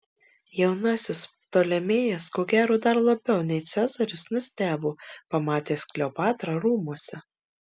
jaunasis ptolemėjas ko gero dar labiau nei cezaris nustebo pamatęs kleopatrą rūmuose